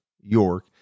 York